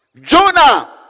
Jonah